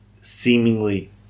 seemingly